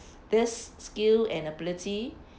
this skill and ability